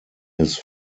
his